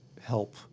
help